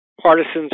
partisans